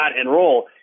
enroll